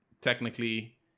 technically